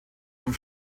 vom